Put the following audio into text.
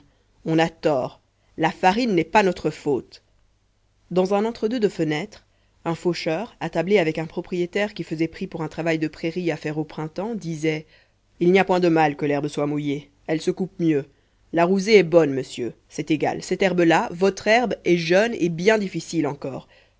on a tort la farine n'est pas notre faute dans un entre-deux de fenêtres un faucheur attablé avec un propriétaire qui faisait prix pour un travail de prairie à faire au printemps disait il n'y a point de mal que l'herbe soit mouillée elle se coupe mieux la rousée est bonne monsieur c'est égal cette herbe là votre herbe est jeune et bien difficile encore